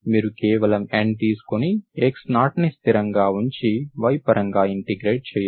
మీరు కేవలం N తీసుకుని x0 ని స్థిరంగా ఉంచి y పరంగా ఇంటిగ్రేట్ చేయండి